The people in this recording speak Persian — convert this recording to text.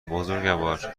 بزرگوار